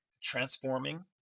transforming